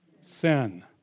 sin